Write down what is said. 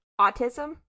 Autism